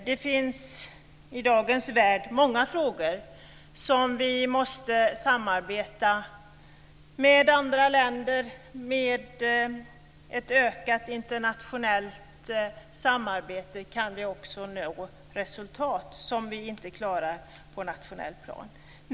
Det finns i dagens värld många frågor som vi måste samarbeta med andra länder om. Med ett ökat internationellt samarbete kan vi också nå resultat som vi inte klarar på ett nationellt plan.